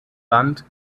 band